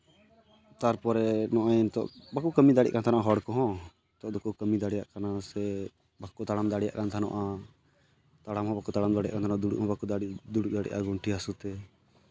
ᱛᱟᱨᱯᱚᱨᱮ ᱱᱚᱜᱼᱚᱸᱭ ᱱᱤᱛᱚᱜ ᱵᱟᱠᱚ ᱠᱟᱹᱢᱤ ᱫᱟᱲᱮᱭᱟᱜ ᱠᱟᱱ ᱛᱟᱦᱮᱸ ᱦᱚᱲ ᱠᱚᱦᱚᱸ ᱱᱤᱛᱚᱜ ᱫᱚᱠᱚ ᱠᱟᱹᱢᱤ ᱫᱟᱲᱮᱭᱟᱜ ᱠᱟᱱᱟ ᱥᱮ ᱵᱟᱠᱚ ᱛᱟᱲᱟᱢ ᱫᱟᱲᱮᱭᱟᱜ ᱠᱟᱱ ᱛᱟᱦᱮᱱᱚᱜᱼᱟ ᱫᱩᱲᱩᱵ ᱦᱚᱸ ᱵᱟᱠᱚ ᱫᱩᱲᱩᱵ ᱫᱟᱲᱮᱭᱟᱜᱼᱟ ᱜᱩᱱᱴᱷᱮ ᱦᱟᱹᱥᱩ ᱛᱮ